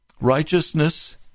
Righteousness